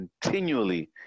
continually